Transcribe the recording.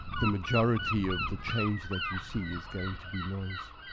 the majority of the change that you see is going to be noise.